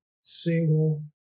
single